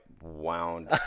wound